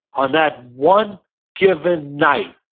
on that one given night,